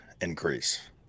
increase